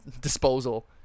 disposal